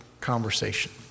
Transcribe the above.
conversation